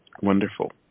Wonderful